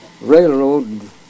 railroad